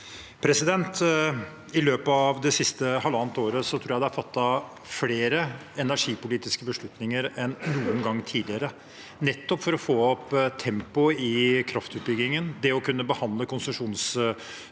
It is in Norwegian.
I løpet av det sis- te halvannet året tror jeg det er fattet flere energipolitiske beslutninger enn noen gang tidligere, nettopp for å få opp tempoet i kraftutbyggingen: det å kunne behandle konsesjonssøknadene